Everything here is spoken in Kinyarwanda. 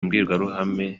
mbwirwaruhame